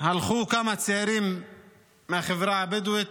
הלכו כמה צעירים מהחברה הבדואית,